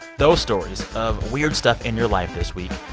those stories of weird stuff in your life this week,